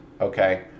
Okay